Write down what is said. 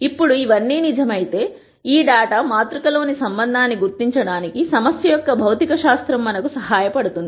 ఇప్పుడు ఇవన్నీ నిజమై తే ఈ డేటా మాతృక లోని సంబంధాన్ని గుర్తించడానికి సమస్య యొక్క భౌతికశాస్త్రం మన కు సహాయ పడుతుంది